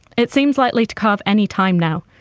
it seems likely to calve any time now,